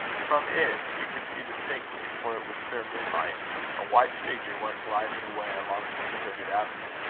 from it she could see distinctly, for it was clear moonlight a white figure went gliding away along the deserted avenue.